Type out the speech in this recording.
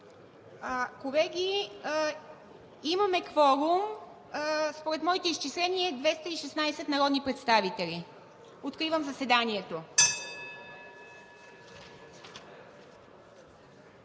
Колеги, имаме кворум. Според моите изчисления 216 народни представители. Откривам заседанието.